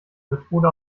methode